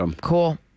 Cool